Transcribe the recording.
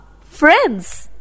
friends